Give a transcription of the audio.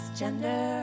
gender